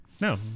no